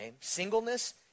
Singleness